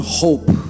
hope